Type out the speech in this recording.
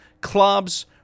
clubs